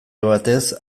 batez